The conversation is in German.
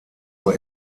nur